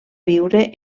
viure